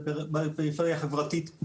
בפריפריה החברתית,